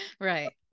Right